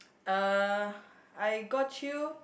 uh I got you